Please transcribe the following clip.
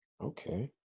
Okay